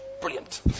Brilliant